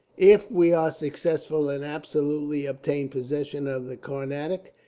if we are successful, and absolutely obtain possession of the carnatic,